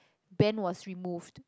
band was removed